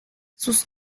sus